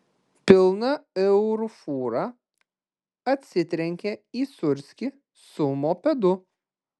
pilna eurų fūra atsitrenkė į sūrskį su mopedu